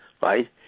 right